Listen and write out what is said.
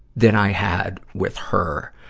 that i had with her.